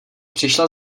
přišla